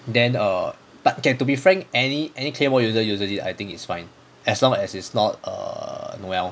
then err but okay to be frank any any claymore user usually I think it's fine as long as it's not err noelle